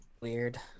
Weird